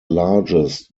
largest